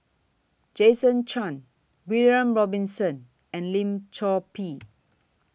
Jason Chan William Robinson and Lim Chor Pee